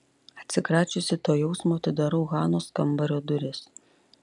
atsikračiusi to jausmo atidarau hanos kambario duris